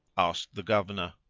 asked the governor,